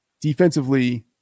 Defensively